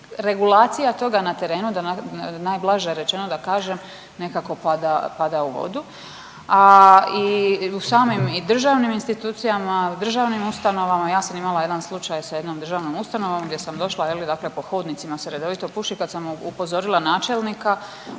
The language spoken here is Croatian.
regulacija toga na terenu najblaže rečeno da kažem nekako pada, pada u vodu. A i u samim i državnim institucijama i u državnim ustanovama, ja sam imala jedan slučaj sa jednom državnom ustanovom gdje sam došla je li dakle po hodnicima se redovito puši, kad sam upozorila načelnika